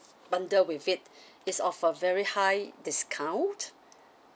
bundle with it it's of a very high discount